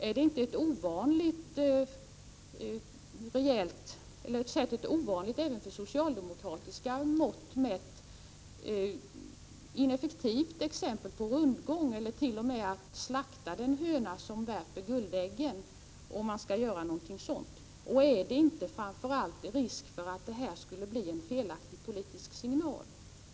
Är det inte ett ovanligt — även med socialdemokratiska mått mätt — exempel på ineffektiv rundgång, eller slaktar man inte den höna som värper guldäggen om man gör någonting sådant? Och är det inte framför allt risk för att detta skulle bli en felaktig politisk signal?